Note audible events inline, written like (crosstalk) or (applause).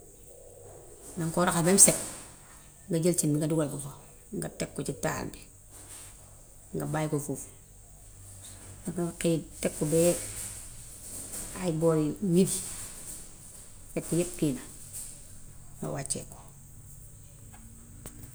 Daŋ koo raxas bam set, nga jël cin li nga dugal ko fa, nga teg ko ci taal bi, nga bàyyi ko foofu. Daŋa koy takk ba (hesitation) hay boori midi yakk yépp kay, nga wàccee ko.